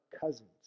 cousins